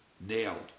nailed